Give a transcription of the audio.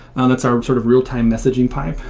and that's our sort of real-time messaging pipe.